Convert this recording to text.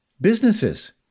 businesses